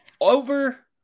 over